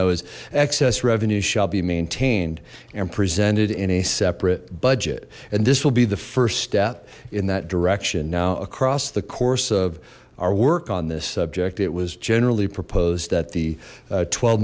excess revenues shall be maintained and presented in a separate budget and this will be the first step in that direction now across the course of our work on this subject it was generally proposed at the twelve